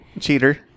cheater